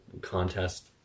contest